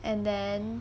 and then